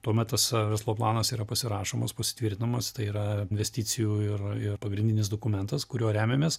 tuomet tas verslo planas yra pasirašomas pasitvirtinamas tai yra investicijų ir ir pagrindinis dokumentas kuriuo remiamės